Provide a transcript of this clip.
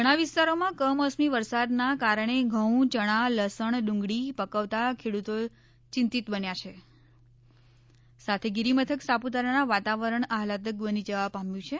ઘણા વિસ્તારોમાં કમોસમી વરસાદના કારણે ઘઉં ચણા લસણ ડુંગળી પકવતા ખેડૂતો ચિંતિત બન્યા છે સાથે ગિરિમથક સાપુતારાનું વાતાવરણ આહલાદ્ક બની જવા પામ્યું છે